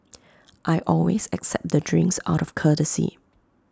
I always accept the drinks out of courtesy